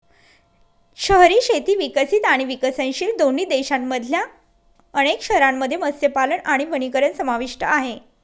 शहरी शेती विकसित आणि विकसनशील दोन्ही देशांमधल्या अनेक शहरांमध्ये मत्स्यपालन आणि वनीकरण समाविष्ट आहे